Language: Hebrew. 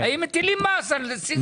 האם מטילים מס על סיגריות אלקטרוניות.